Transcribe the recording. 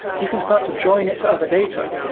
you can start to join it to other data.